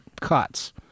cuts